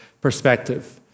perspective